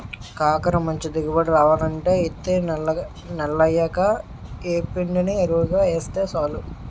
కాకర మంచి దిగుబడి రావాలంటే యిత్తి నెలయ్యాక యేప్పిండిని యెరువుగా యేస్తే సాలు